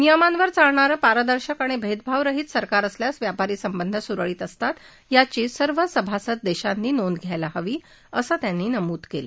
नियमांवर चालणारं पारदर्शक आणि भेदभावारहीत सरकार असल्यास व्यापारी संबंध सुरळीत असतात याची सर्व सभासद देशांनी नोंद घ्यायला हवी असं त्यांनी नमूद केलं